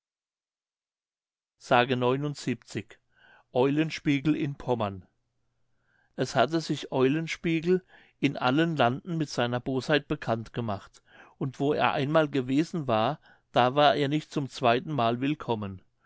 eulenspiegel in pommern es hatte sich eulenspiegel in allen landen mit seiner bosheit bekannt gemacht und wo er einmal gewesen war da war er nicht zum zweitenmal willkommen